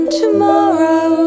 tomorrow